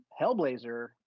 Hellblazer